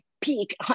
peak